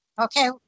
okay